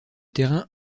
terrain